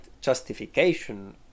justification